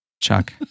Chuck